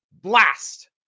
Blast